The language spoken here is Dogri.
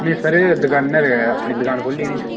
नी सर दकानै'र गै अपनी दकान खोल्ली नी